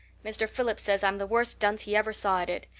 mr. phillips says i'm the worst dunce he ever saw at it.